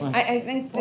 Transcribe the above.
i think